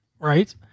Right